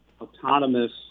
autonomous